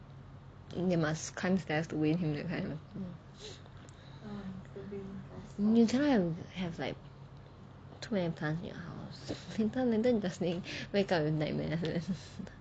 then must climb stairs to win him that kind you can not have like too many plants in your house later wake up with nightmares then